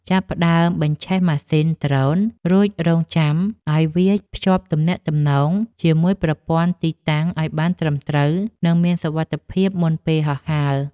ចាប់ផ្ដើមបញ្ឆេះម៉ាស៊ីនដ្រូនរួចរង់ចាំឱ្យវាភ្ជាប់ទំនាក់ទំនងជាមួយប្រព័ន្ធទីតាំងឱ្យបានត្រឹមត្រូវ និង មានសុវត្ថិភាពមុនពេលហោះហើរ។